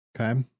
Okay